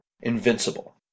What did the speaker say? Invincible